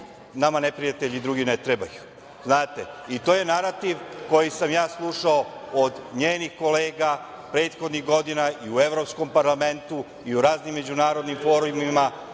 nama neprijatelji drugi ne trebaju, znate. To je narativ koji sam ja slušao od njenih kolega prethodnih godina i u Evropskom parlamentu i u raznim međunarodnim forumima,